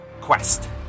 Quest